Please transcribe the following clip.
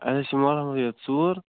اَسہِ حظ چھِ محلَس منٛز یہِ ژوٗر